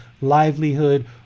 livelihood